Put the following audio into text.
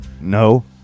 No